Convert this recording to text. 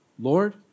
Lord